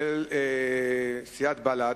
של סיעת בל"ד,